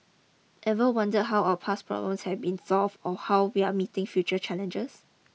ever wonder how our past problems have been solved or how we are meeting future challenges